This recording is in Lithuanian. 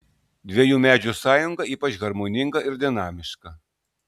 dviejų medžių sąjunga ypač harmoninga ir dinamiška